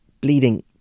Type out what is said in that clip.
bleeding